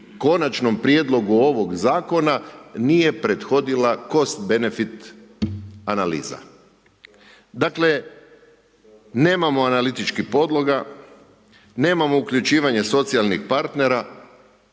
konačnom prijedlogu ovog zakona nije prethodila cost benefit analiza. Dakle nemamo analitičkih podloga, nemamo uključivanje socijalnih partnera